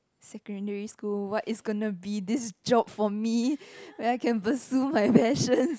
secondary school what is going be this job for me when I can pursue my passion